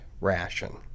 ration